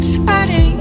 sweating